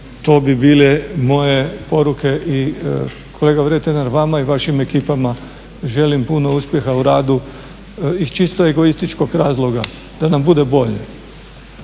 to bi bile moje poruke i kolega Vretenar vama i vašim ekipama želim puno uspjeha u radu iz čisto egoističnog razloga da nam bude bolje.